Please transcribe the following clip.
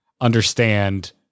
understand